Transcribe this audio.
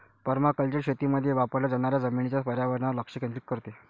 permaculture शेतीमध्ये वापरल्या जाणाऱ्या जमिनीच्या पर्यावरणावर लक्ष केंद्रित करते